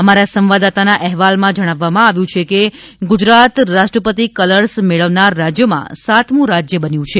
અમારા સંવાદદાતાના અહેવાલમાં જણાવવામાં આવ્યું છે કે ગુજરાત રાષ્ટ્રપતિ કલર્સ મેળવનાર રાજ્યમાં સાતમું રાજય બન્યું છે